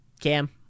Cam